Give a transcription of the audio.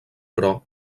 però